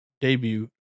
debut